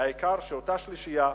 העיקר שאותה שלישייה,